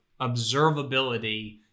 observability